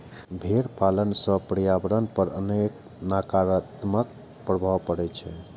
भेड़ पालन सं पर्यावरण पर अनेक नकारात्मक प्रभाव पड़ै छै